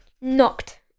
knocked